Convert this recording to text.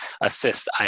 assist